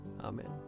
Amen